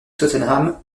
tottenham